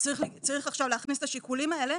צריך עכשיו להכניס את השיקולים האלה